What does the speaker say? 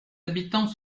habitants